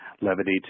levity